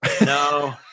no